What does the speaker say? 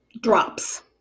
drops